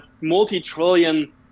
multi-trillion